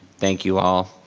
thank you all.